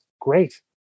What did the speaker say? great